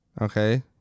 okay